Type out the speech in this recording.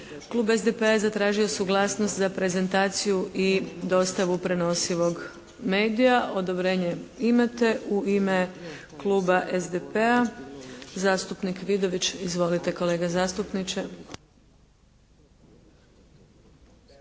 Klub SDP-a je zatražio suglasnost za prezentaciju i dostavu prenosivog medija. Odobrenje imate. U ime kluba SDP-a, zastupnik Vidović. Izvolite kolega zastupniče.